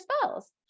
spells